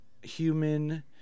human